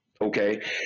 Okay